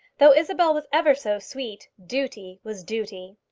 though isabel was ever so sweet, duty was duty.